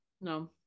No